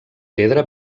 pedra